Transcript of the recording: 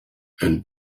and